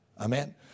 Amen